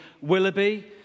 Willoughby